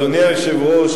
אדוני היושב-ראש,